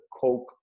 Coke